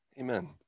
Amen